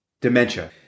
dementia